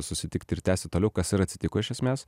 susitikti ir tęsti toliau kas ir atsitiko iš esmės